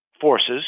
forces